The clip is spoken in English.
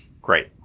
Great